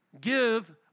give